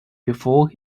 before